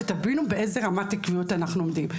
שתבינו באיזה רמת עקביות אנחנו עומדים.